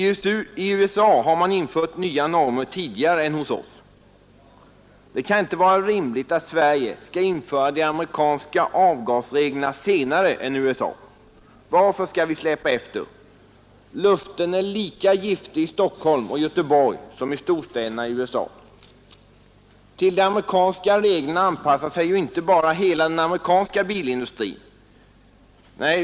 I USA införs nya normer tidigare än hos oss. Det kan inte vara rimligt att Sverige skall införa de amerikanska avgasreglerna senare än USA. Varför skall vi släpa efter? Luften är lika giftig i Stockholm och Göteborg som i storstäderna i USA. Till de amerikanska reglerna anpassar sig ju inte bara hela den amerikanska bilindustrin.